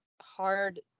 hard